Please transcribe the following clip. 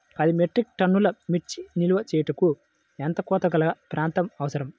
పది మెట్రిక్ టన్నుల మిర్చి నిల్వ చేయుటకు ఎంత కోలతగల ప్రాంతం అవసరం?